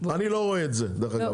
אני לא רואה את זה בא,